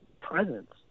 presence